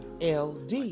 LD